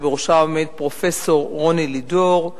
שבראשה עומד פרופסור רוני לידור,